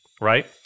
Right